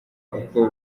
uko